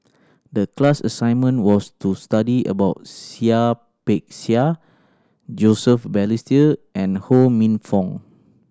the class assignment was to study about Seah Peck Seah Joseph Balestier and Ho Minfong